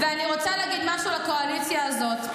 ואני רוצה להגיד משהו לקואליציה הזאת: